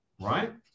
right